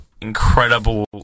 incredible